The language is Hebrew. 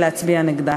להצביע נגדה.